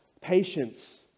patience